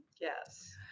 yes